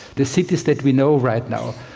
the cities that we know right now,